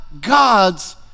God's